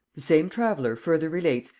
the same traveller further relates,